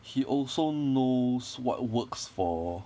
he also knows what works for